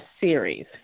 series